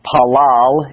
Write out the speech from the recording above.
Palal